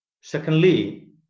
Secondly